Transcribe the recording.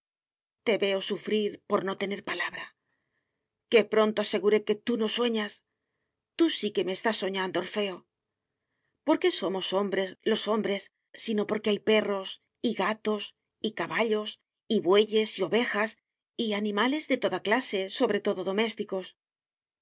te veo sufrir por no tener palabra qué pronto aseguré que tú no sueñas tú sí que me estás soñando orfeo por qué somos hombres los hombres sino porque hay perros y gatos y caballos y bueyes y ovejas y animales de toda clase sobre todo domésticos